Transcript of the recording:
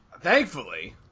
Thankfully